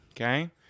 okay